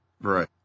Right